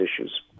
issues